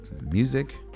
music